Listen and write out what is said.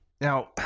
Now